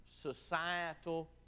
societal